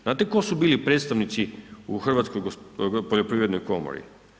Znate tko su bili predstavnici u Hrvatskoj poljoprivrednoj komori?